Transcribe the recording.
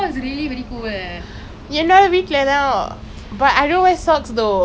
!aiyo! இப்போ மட்டும் மழை பென்ச்சிசு: ppo mattum mazhai penjichu I don't have any குடை:kudei